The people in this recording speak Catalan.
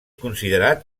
considerat